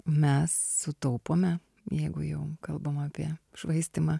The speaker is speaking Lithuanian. mes sutaupome jeigu jau kalbam apie švaistymą